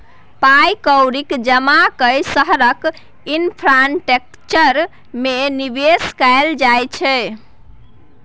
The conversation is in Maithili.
पाइ कौड़ीक जमा कए शहरक इंफ्रास्ट्रक्चर मे निबेश कयल जाइ छै